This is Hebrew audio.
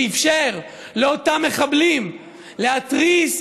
שאפשר לאותם מחבלים להתריס,